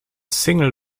single